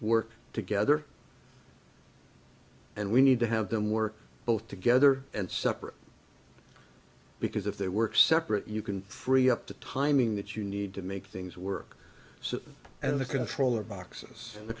work together and we need to have them work both together and separate because if they work separate you can free up the timing that you need to make things work and the controller boxes and the